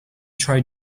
try